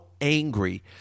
angry